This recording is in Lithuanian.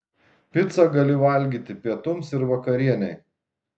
picą gali valgyti pietums ir vakarienei